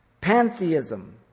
Pantheism